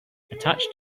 attached